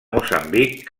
moçambic